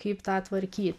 kaip tą tvarkyti